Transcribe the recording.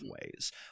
ways